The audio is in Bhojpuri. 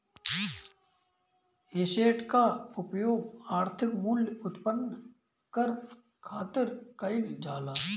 एसेट कअ उपयोग आर्थिक मूल्य उत्पन्न करे खातिर कईल जाला